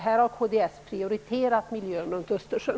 Här har kds prioriterat miljön i Östersjön.